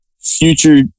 future